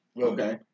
Okay